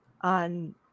on